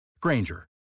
Granger